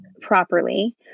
properly